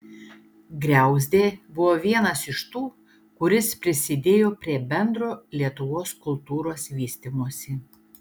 griauzdė buvo vienas iš tų kuris prisidėjo prie bendro lietuvos kultūros vystymosi